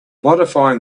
modifying